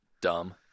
Dumb